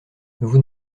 vous